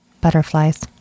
butterflies